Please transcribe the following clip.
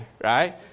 right